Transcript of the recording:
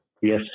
Yes